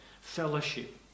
Fellowship